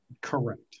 Correct